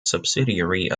subsidiary